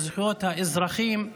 לזכויות האזרחים,